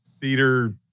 theater